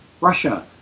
Russia